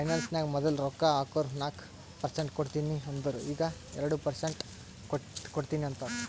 finance ನಾಗ್ ಮದುಲ್ ರೊಕ್ಕಾ ಹಾಕುರ್ ನಾಕ್ ಪರ್ಸೆಂಟ್ ಕೊಡ್ತೀನಿ ಅಂದಿರು ಈಗ್ ಎರಡು ಪರ್ಸೆಂಟ್ ಕೊಡ್ತೀನಿ ಅಂತಾರ್